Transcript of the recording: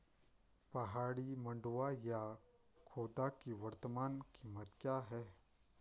पहाड़ी मंडुवा या खोदा की वर्तमान कीमत क्या है?